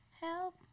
Help